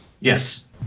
Yes